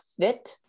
fit